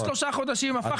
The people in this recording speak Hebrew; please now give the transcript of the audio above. היה שלושה חודשים, הפכת לשישה.